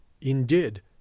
indeed